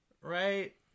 Right